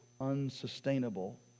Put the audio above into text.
unsustainable